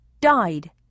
died